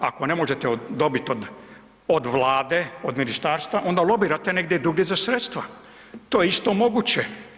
Ako ne možete od, dobit od, od Vlade, od ministarstva onda lobirate negdje drugdje za sredstva, to je isto moguće.